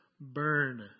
burn